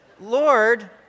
Lord